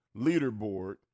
leaderboard